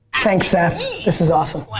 thanks seth this is awesome.